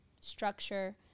structure